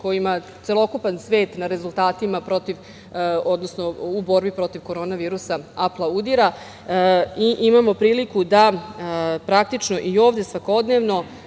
kojima celokupan svet na rezultatima protiv, odnosno u borbi protiv korona virusa aplaudira, imamo priliku da praktično i ovde svakodnevno